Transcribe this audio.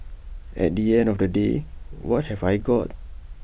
at the end of the day what have I got